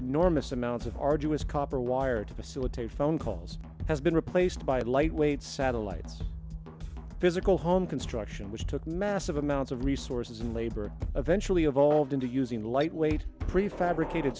enormous amounts of arduous copper wire to pursue a taped phone calls has been replaced by lightweight satellites physical home construction which took massive amounts of resources and labor eventually evolved into using lightweight prefabricated